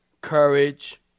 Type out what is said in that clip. courage